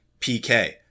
PK